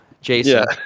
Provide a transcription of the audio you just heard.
Jason